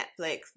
Netflix